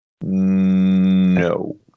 No